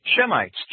Shemites